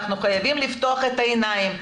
אנחנו חייבים לפתוח את העיניים,